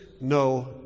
no